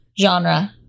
genre